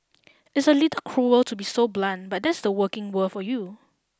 It's a little cruel to be so blunt but that's the working world for you